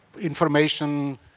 information